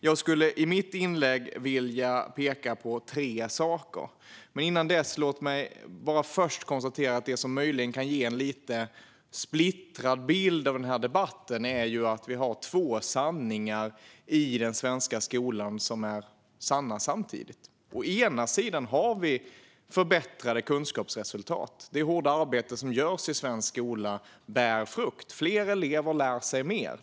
Jag skulle i mitt inlägg vilja peka på tre saker. Men innan dess ska jag konstatera att det som möjligen kan ge en lite splittrad bild av denna debatt är att vi har två sanningar samtidigt i den svenska skolan. Å ena sidan har vi förbättrade kunskapsresultat. Det hårda arbete som görs i svensk skola bär frukt. Fler elever lär sig mer.